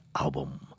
album